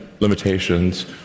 limitations